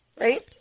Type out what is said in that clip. right